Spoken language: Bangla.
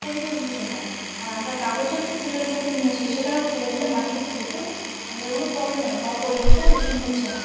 পরিবেশ দূষণ হয় আর আমরা কাগজের যে থলেগুলোতে নিয়ে আসি সেটা আমরা ফেলে দিলে মাটিতে ফেলে দিলেও আমাদের কোনো প্রবলেম হয় না বা পরিবেশও দূষণ হচ্ছে না